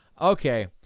Okay